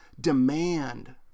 demand